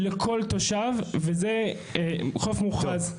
וזה בחוף מוכרז.